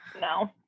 No